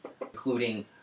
including